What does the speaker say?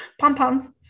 pom-poms